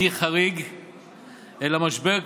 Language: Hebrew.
המסירות,